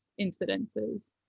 incidences